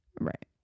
Right